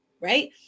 Right